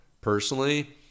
personally